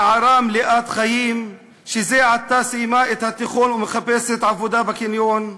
נערה מלאת חיים שזה עתה סיימה את התיכון ומחפשת עבודה בקניון.